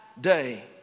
day